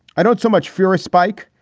i don't so much fear a spike.